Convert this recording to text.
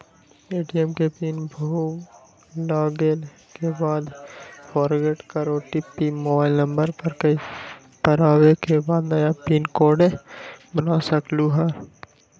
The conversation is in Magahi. ए.टी.एम के पिन भुलागेल के बाद फोरगेट कर ओ.टी.पी मोबाइल नंबर पर आवे के बाद नया पिन कोड बना सकलहु ह?